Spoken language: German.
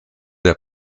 der